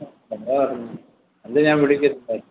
എന്താണ് അത് ഞാൻ വിളിക്കില്ലേ